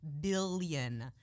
billion